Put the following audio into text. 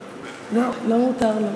לא, לא מותר לו.